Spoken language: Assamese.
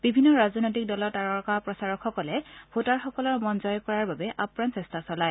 বিভিন্ন ৰাজনৈতিক দলৰ তাৰকা প্ৰচাৰকসকলে ভোটাৰসকলৰ মন জয় কৰাৰ বাবে আপ্ৰাণ চেষ্টা চলায়